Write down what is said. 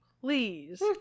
Please